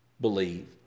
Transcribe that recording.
believe